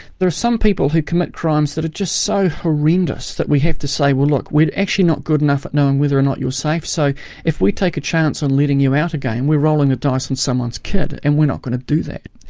there are some people who commit crimes that are just so horrendous that we have to say, well look, we're actually not good enough at knowing whether or not you're safe, so if we take a chance on letting you out again, and we're rolling a dice on someone's kid, and we're not going to do that.